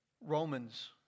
Romans